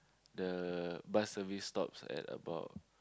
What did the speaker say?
the bus service stops at about